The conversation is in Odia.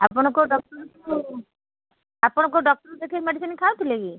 ଆପଣ କେଉଁ ଡକ୍ଟର୍କୁ ଆପଣ କେଉଁ ଡକ୍ଟର୍ ଦେଖାଇକି ମେଡ଼ିସିନ୍ ଖାଉଥିଲେ କି